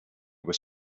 was